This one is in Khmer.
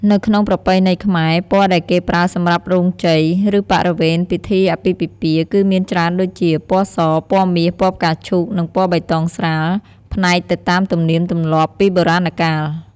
នៅក្នុងប្រពៃណីខ្មែរ ពណ៌ដែលគេប្រើសម្រាប់រោងជ័យ ឬបរិវេណពិធីអាពាហ៍ពិពាហ៍ គឺមានច្រើនដូចជា ពណ៌ស, ពណ៌មាស, ពណ៌ផ្កាឈូក, និង ពណ៌បៃតងស្រាល ផ្នែកទៅតាមទំនៀមទម្លាប់ពីបុរាណកាល។